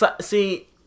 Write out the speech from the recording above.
See